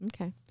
Okay